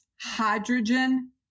hydrogen